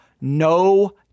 no